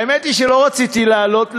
האמת היא שלא רציתי לעלות לכאן,